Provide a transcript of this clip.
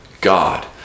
god